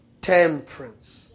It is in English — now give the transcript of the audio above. temperance